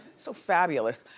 so fabulous.